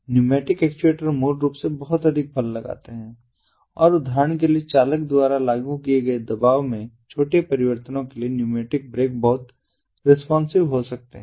pneumatic actuator मूल रूप से बहुत अधिक बल लगाते हैं और उदाहरण के लिए चालक द्वारा लागू किए गए दबाव में छोटे परिवर्तनों के लिए न्यूमैटिक ब्रेक बहुत रेस्पॉन्सिवहो सकते हैं